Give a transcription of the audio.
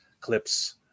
clips